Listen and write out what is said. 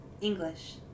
English